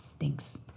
thanks.